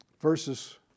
versus